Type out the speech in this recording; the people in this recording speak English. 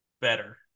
better